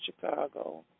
Chicago